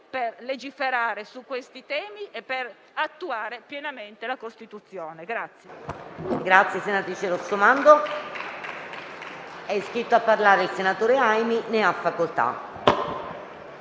per legiferare su questi temi e attuare pienamente la Costituzione.